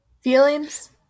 Feelings